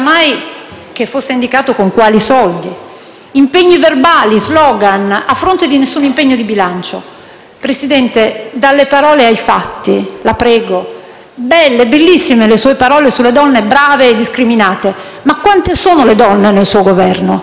che fosse indicato con quali soldi: impegni verbali, *slogan*, a fronte di nessun impegno di bilancio. Presidente, dalle parole ai fatti, la prego. Belle, bellissime le sue parole sulle donne brave e discriminate, ma quante sono le donne nel suo Governo?